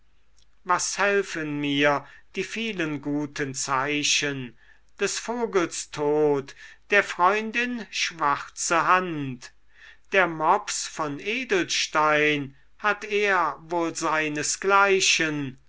was helfen mir die vielen guten zeichen des vogels tod der freundin schwarze hand der mops von edelstein hat er wohl seinesgleichen